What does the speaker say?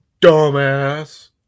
Dumbass